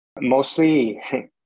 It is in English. Mostly